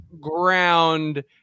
ground